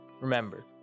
Remember